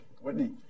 Whitney